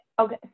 okay